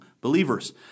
believers